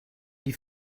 die